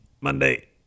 Monday